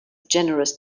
generous